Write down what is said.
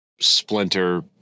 splinter